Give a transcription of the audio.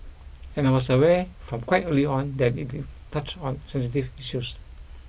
and I was aware from quite early on that it did touch on sensitive issues